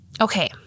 okay